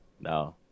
No